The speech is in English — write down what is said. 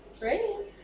Right